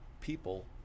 people